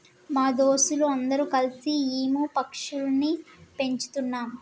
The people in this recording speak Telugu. మా దోస్తులు అందరు కల్సి ఈము పక్షులని పెంచుతున్నాం